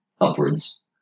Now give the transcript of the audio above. upwards